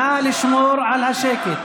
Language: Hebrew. נא לשמור על השקט.